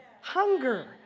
hunger